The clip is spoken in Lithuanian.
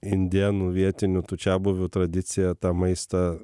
indėnų vietinių čiabuvių tradicija tą maistą